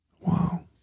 Wow